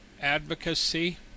advocacy